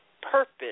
purpose